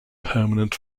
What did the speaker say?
permanent